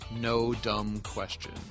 no-dumb-question